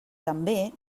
també